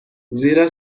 زیرا